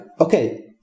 okay